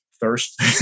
thirst